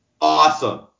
Awesome